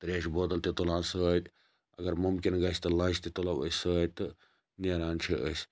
تریشہِ بوتَل تہِ تُلان سۭتۍ اَگر مُمکِن گَژھِ تہٕ لَنٛچ تہِ تُلَو أسۍ سۭتۍ تہٕ نیران چھِ أسۍ